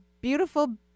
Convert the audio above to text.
beautiful